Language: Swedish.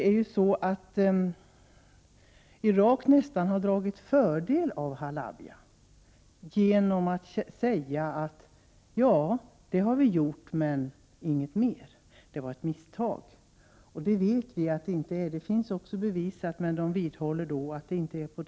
Irak har nästan dragit fördel av Halabja genom att säga: ”Ja, det har vi gjort, men inget mer. Det var ett misstag.” Vi vet att det inte är något misstag. Det finns också bevisat, men man vidhåller i Irak att det inte är så.